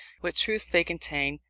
what truths they contained,